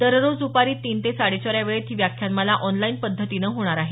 दररोज दुपारी तीन ते साडे चार या वेळेत ही व्याख्यानमाला ऑनलाईन पद्धतीनं होणार आहे